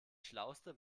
schlauste